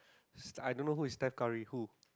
I don't know who is Stef-Curry who